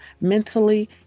mentally